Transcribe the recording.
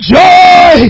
joy